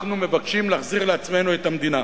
אנחנו מבקשים להחזיר לעצמנו את המדינה.